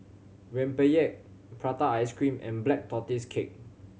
rempeyek prata ice cream and Black Tortoise Cake